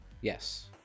Yes